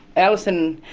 alison,